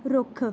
ਰੁੱਖ